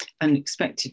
unexpected